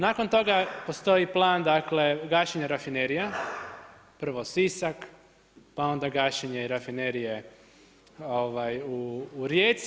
Nakon toga postoji plan dakle gašenja rafinerija, prvo Sisak, pa onda gašenje rafinerije u Rijeci.